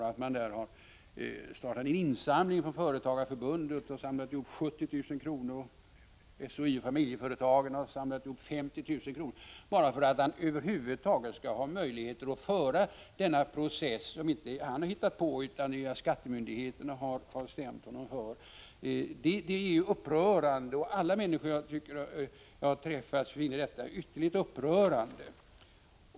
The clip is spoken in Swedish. Företagareförbundet har startat en insamling och fått ihop 70 000 kr. SHIO-Familjeföretagen har samlat ihop 50 000 kr. bara för att snickaren över huvud taget skall ha möjligheter att föra denna process, som han ju inte har hittat på själv, utan det är skattemyndigheterna som har stämt honom. Alla människor som jag har talat med om detta tycker att det är ytterst upprörande.